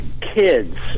kids